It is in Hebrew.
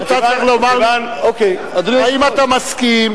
אתה צריך לומר לי אם אתה מסכים.